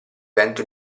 vento